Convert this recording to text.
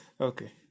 Okay